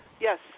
Yes